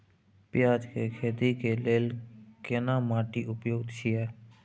पियाज के खेती के लेल केना माटी उपयुक्त छियै?